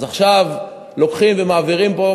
אז עכשיו לוקחים ומעבירים פה,